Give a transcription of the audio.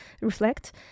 reflect